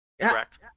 Correct